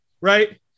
right